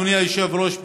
אדוני היושב-ראש,